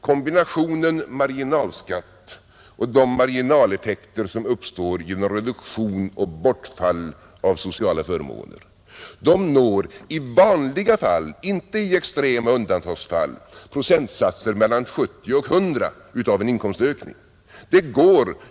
Kombinationen marginalskatt och de marginaleffekter som uppstår genom reduktion och bortfall av sociala förmåner når i vanliga fall, inte i extrema undantagsfall, procentsatsen mellan 70 och 100 av en inkomstökning.